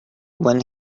when